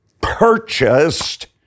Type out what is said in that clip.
purchased